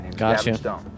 Gotcha